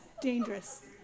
dangerous